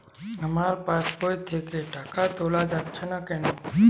আমার পাসবই থেকে টাকা তোলা যাচ্ছে না কেনো?